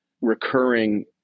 recurring